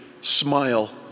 smile